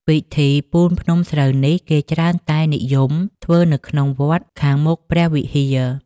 ពិធីពូនភ្នំស្រូវនេះ គេច្រើនតែនិយមធ្វើនៅក្នុងវត្ត ខាងមុខព្រះវិហារ ។